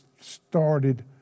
started